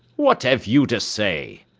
what have you to say?